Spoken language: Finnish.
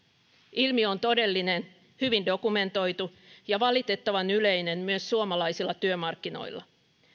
ilmiö on todellinen hyvin dokumentoitu ja valitettavan yleinen myös suomalaisilla työmarkkinoilla